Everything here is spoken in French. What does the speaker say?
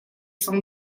sont